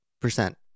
percent